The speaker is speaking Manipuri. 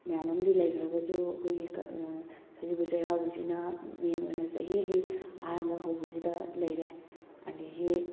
ꯃꯌꯥꯝ ꯑꯃꯗꯤ ꯂꯩꯈ꯭ꯔꯒꯁꯨ ꯑꯩꯈꯣꯏꯒꯤ ꯁꯖꯤꯕꯨ ꯆꯩꯔꯥꯎꯕꯁꯤꯅ ꯃꯦꯟ ꯑꯣꯏꯅ ꯆꯍꯤꯒꯤ ꯑꯍꯥꯟꯕ ꯍꯧꯕꯁꯤꯗ ꯂꯩꯔꯦ ꯑꯗꯒꯤ